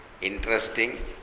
interesting